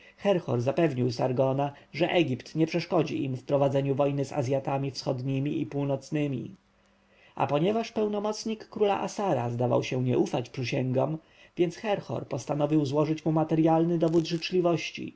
zapewnił sargona że egipt nie przeszkodzi im w prowadzeniu wojny z azjatami wschodnimi i północnymi a ponieważ pełnomocnik króla assara zdawał się nie ufać przysięgom więc herhor postanowił złożyć mu materjalny dowód życzliwości